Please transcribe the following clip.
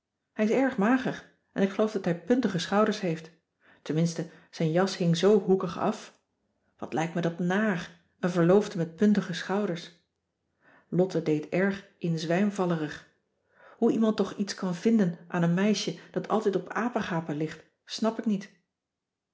hij is erg mager en ik geloof dat hij puntige schouders heeft tenminste zijn jas hing zoo hoekig af wat lijkt me dat naar een verloofde met puntige schouders lotte deed erg in zwijmvallerig hoe iemand toch iets kan vinden aan een meisje dat altijd op apegapen ligt snap ik niet